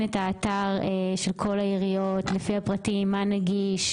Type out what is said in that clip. את האתר של כל העיריות לפי הפרטים מה נגיש,